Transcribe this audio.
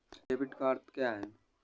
Debit का अर्थ क्या है?